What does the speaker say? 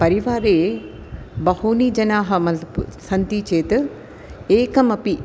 परिवारे बहवः जनाः मज़् ब् सन्ति चेत् एकमपि